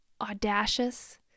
Audacious